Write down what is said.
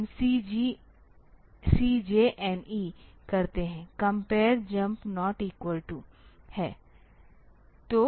हम CJNE करते हैं compare jump not equal to हैं